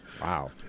Wow